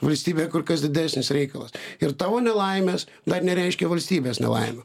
valstybė kur kas didesnis reikalas ir tavo nelaimės dar nereiškia valstybės nelaimių